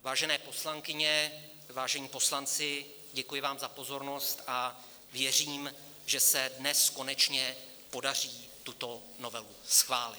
Vážené poslankyně, vážení poslanci, děkuji vám za pozornost a věřím, že se dnes konečně podaří tuto novelu schválit.